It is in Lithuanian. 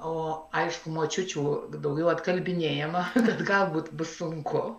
o aišku močiučių daugiau atkalbinėjama kad galbūt bus sunku